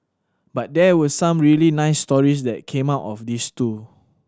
but there were some really nice stories that came out of this too